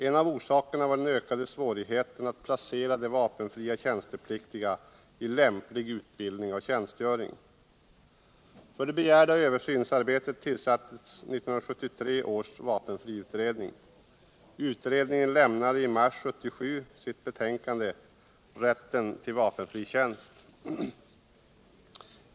En av orsakerna var den ökade svårigheten att placera de vapenfria tjänstepliktiga i lämplig utbildning och tjänstgöring. För det begärda översynsarbetet tillsattes 1973 års vapenfriutredning. Utredningen lämnade i mars 1977 sitt betäkande Rätten till vapenfri tjänst.